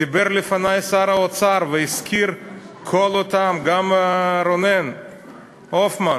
דיבר לפני שר האוצר, גם רונן הופמן,